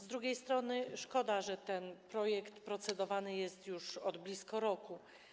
Z drugiej strony szkoda, że ten projekt procedowany jest już od blisko roku.